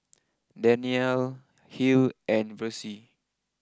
Danyell Hill and Versie